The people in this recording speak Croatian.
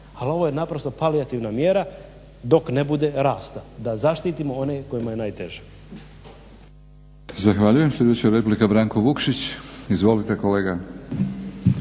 Ali ovo je naprosto palijativna mjera dok ne bude rasta da zaštitimo one kojima je najteže.